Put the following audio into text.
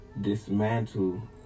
dismantle